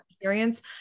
experience